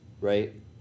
right